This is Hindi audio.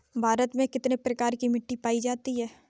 भारत में कितने प्रकार की मिट्टी पायी जाती है?